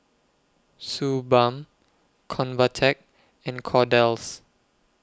Suu Balm Convatec and Kordel's